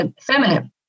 feminine